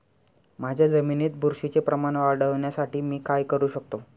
माझ्या जमिनीत बुरशीचे प्रमाण वाढवण्यासाठी मी काय करू शकतो?